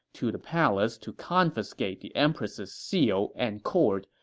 to the palace to confiscate the empress's seal and cord,